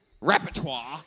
repertoire